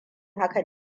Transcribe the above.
hakan